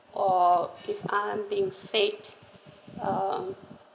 or if I'm being said um